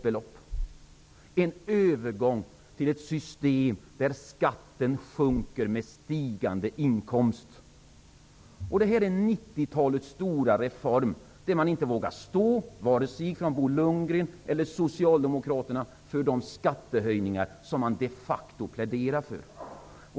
Det är en övergång till ett system där skatten sjunker med stigande inkomst. Det är 90-talets stora reform. Varken Bo Lundgren eller Socialdemokraterna vågar stå för de skattehöjningar man de facto pläderar för.